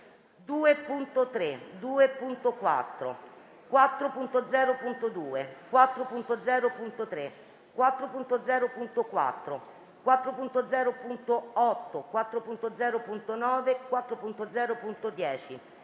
2.3, 2.4, 4.0.2, 4.0.3, 4.0.4, 4.0.8, 4.0.9, 4.0.10,